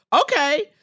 okay